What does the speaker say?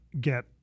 get